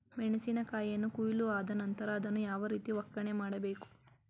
ಮೆಣಸಿನ ಕಾಯಿಯನ್ನು ಕೊಯ್ಲು ಆದ ನಂತರ ಅದನ್ನು ಯಾವ ರೀತಿ ಒಕ್ಕಣೆ ಮಾಡಬೇಕು?